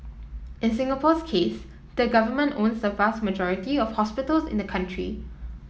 in Singapore's case the Government owns the vast majority of hospitals in the country